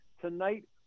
Tonight